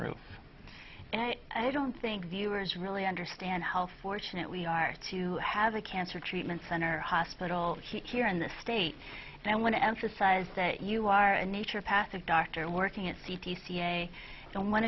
roof and i don't think viewers really understand how fortunate we are to have a cancer treatment center hospital here in this state and i'm going to emphasize that you are a nature passive doctor working at c p c a and one